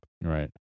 Right